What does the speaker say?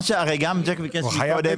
הרי מה שג'ק ביקש מקודם,